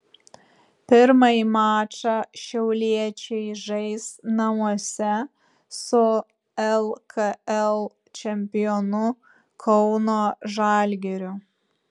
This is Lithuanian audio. pirmąjį mačą šiauliečiai žais namuose su lkl čempionu kauno žalgiriu